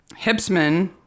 Hipsman